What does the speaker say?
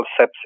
Sepsis